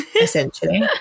essentially